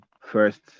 first